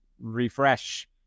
refresh